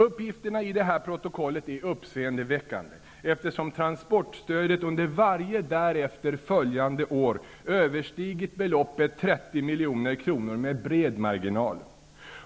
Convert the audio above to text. Uppgifterna i det här protokollet är uppseendeväckande, eftersom transportstödet under varje därefter följande år överstigit beloppet 30 milj.kr. med bred marginal.